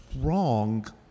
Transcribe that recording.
wrong